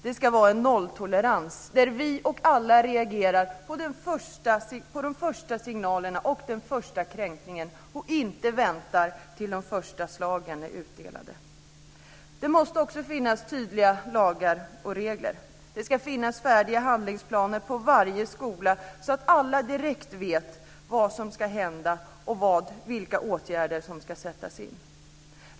Det ska vara en nolltolerans, där vi och alla andra reagerar på de första signalerna och den första kränkningen och inte väntar tills de första slagen är utdelade. Det måste också finnas tydliga lagar och regler. Det ska finnas färdiga handlingsplaner på varje skola, så att alla direkt vet vad som ska hända och vilka åtgärder om ska sättas in.